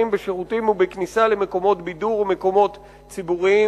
ובשירותים ובכניסה למקומות בידור ומקומות ציבוריים,